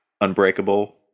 Unbreakable